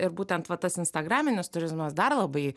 ir būtent va tas instagraminis turizmas dar labai